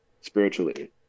Spiritually